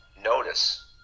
notice